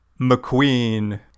McQueen